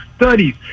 Studies